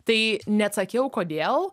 tai neatsakiau kodėl